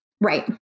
Right